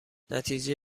نتیجه